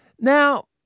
Now